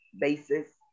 basis